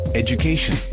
education